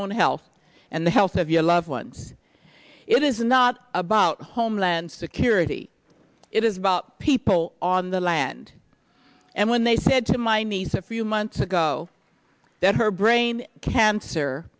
health and the health of your loved ones it is not about homeland security it is about people on the land and when they said to my niece a few months ago that her brain cancer